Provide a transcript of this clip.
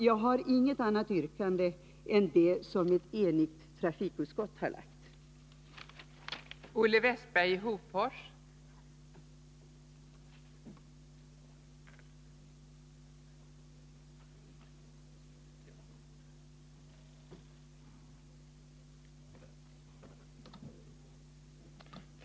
Jag har inget annat yrkande än det som ett enigt trafikutskott har lagt fram.